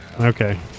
Okay